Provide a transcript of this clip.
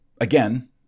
again